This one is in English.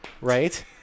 right